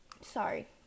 sorry